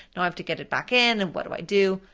now i have to get it back in, and what do i do?